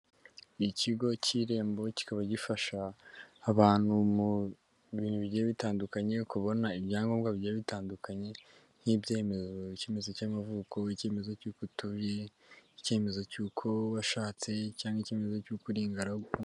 Ikigo cy'irembo kikaba gifasha abantu mu bintu bigiye bitandukanye, kubona ibyangombwa bigiye bitandukanye nk'ibyeyemezo: icyemezo cy'amavuko, icyemezo cy'uko utuye, icyemezo cy'uko washatse, cyangwa icyemezo cy'uko uri ingaragu.